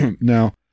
Now